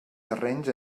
terrenys